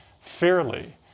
fairly